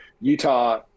Utah